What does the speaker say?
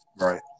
Right